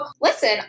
listen